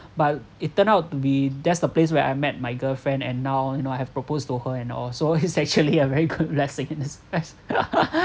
but it turned out to be that's the place where I met my girlfriend and now and you know I have proposed to her and all so it's actually a very good blessing in disguise